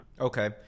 Okay